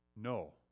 No